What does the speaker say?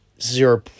Zero